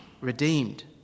redeemed